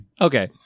okay